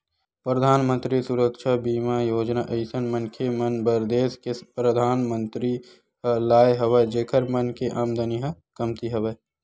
परधानमंतरी सुरक्छा बीमा योजना अइसन मनखे मन बर देस के परधानमंतरी ह लाय हवय जेखर मन के आमदानी ह कमती हवय